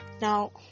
Now